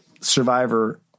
Survivor